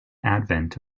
advent